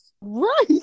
Right